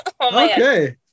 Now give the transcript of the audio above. Okay